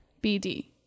B-D